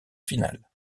finale